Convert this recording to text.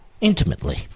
intimately